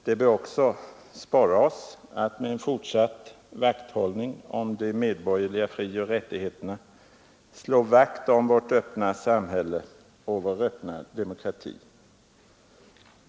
Det bör också sporra oss att med fortsatt vakthållning om de medborgerliga frioch rättigheterna slå vakt om vårt öppna samhälle och vår öppna demokrati.